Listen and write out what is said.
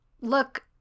look